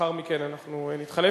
לאחר מכן אנחנו נתחלף.